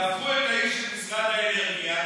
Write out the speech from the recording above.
תהפכו את האיש של משרד האנרגיה,